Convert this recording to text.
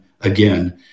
again